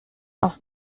auf